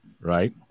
Right